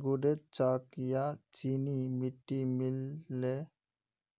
गूदेत चॉक या चीनी मिट्टी मिल ल